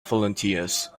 volunteers